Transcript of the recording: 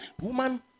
Woman